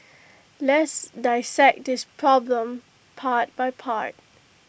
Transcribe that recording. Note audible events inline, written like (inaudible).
(noise) let's dissect this problem part by part